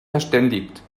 verständigt